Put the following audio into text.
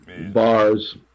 bars